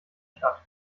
stadt